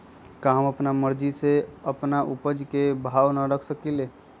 का हम अपना मर्जी से अपना उपज के भाव न रख सकींले?